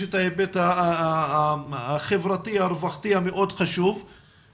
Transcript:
יש את ההיבט החברתי הרווחתי המאוד חשוב,